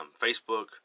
Facebook